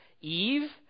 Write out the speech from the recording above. Eve